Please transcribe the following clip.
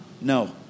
No